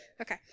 okay